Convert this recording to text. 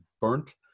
burnt